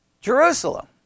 Jerusalem